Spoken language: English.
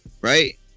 right